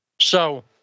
So-